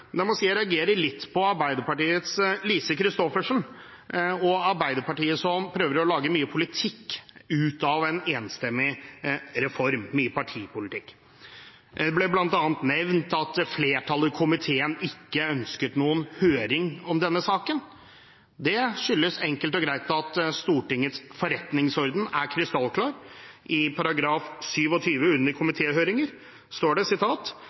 jeg må si jeg reagerer litt på Arbeiderpartiets Lise Christoffersen og Arbeiderpartiet, som prøver å lage mye politikk ut av en enstemmig reform – mye partipolitikk. Det ble bl.a. nevnt at flertallet i komiteen ikke ønsket noen høring om denne saken. Det skyldes enkelt og greit at Stortingets forretningsorden er krystallklar. I § 27, under komitéhøringer, står det: